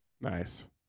Nice